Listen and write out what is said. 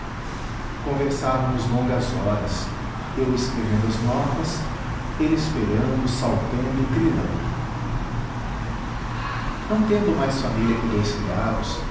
conversávamos longas horas eu escrevendo as notas ele esperando saltando trilando não tendo mais família que dous criados